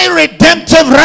redemptive